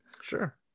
Sure